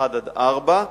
1 4,